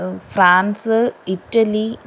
France Italy